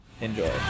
Enjoy